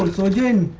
blood in